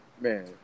man